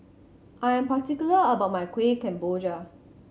I am particular about my Kueh Kemboja